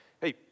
Hey